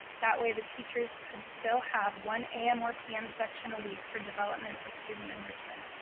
that way the teachers could still have one a m. or p m. section a week for development or student enrichment.